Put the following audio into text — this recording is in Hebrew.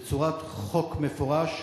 בצורת חוק מפורש,